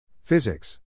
Physics